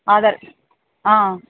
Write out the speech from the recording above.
Aadhaar